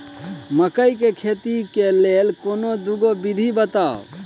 मकई केँ खेती केँ लेल कोनो दुगो विधि बताऊ?